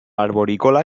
arborícola